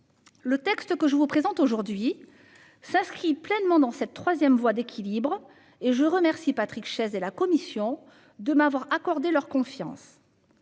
à l'oeuvre. Le présent texte s'inscrit pleinement dans cette troisième voie d'équilibre. Je remercie Patrick Chaize et la commission de m'avoir accordé leur confiance